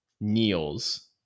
kneels